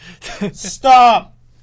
Stop